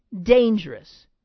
dangerous